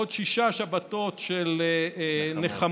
עוד שש שבתות של נחמות,